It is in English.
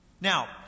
Now